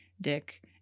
Dick